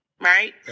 Right